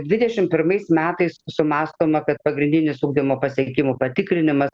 dvidešimt pirmais metais sumąstoma kad pagrindinis ugdymo pasiekimų patikrinimas